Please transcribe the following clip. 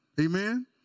Amen